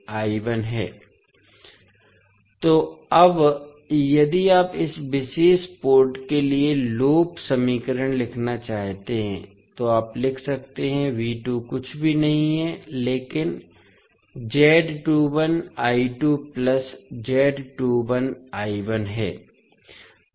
तो अब यदि आप इस विशेष पोर्ट के लिए लूप समीकरण लिखना चाहते हैं तो आप लिख सकते हैं V2 कुछ भी नहीं है लेकिन Z22 I2 plus Z21 I1 है